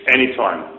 Anytime